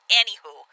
anywho